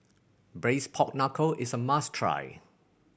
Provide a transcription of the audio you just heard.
Braised Pork Knuckle is a must try